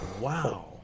Wow